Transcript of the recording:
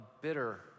bitter